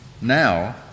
now